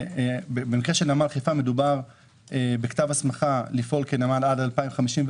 במקרה של נמל חיפה מדובר בכתב הסמכה לפעול כנמל עד 2054,